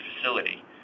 facility